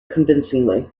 convincingly